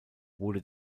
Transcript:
wurde